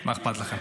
מה אכפת לכם.